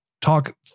Talk